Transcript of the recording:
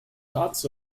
dots